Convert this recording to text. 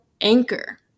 Anchor